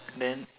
then